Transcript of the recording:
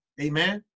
amen